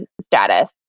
status